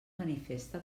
manifesta